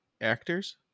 actors